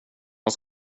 vad